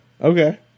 Okay